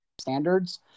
standards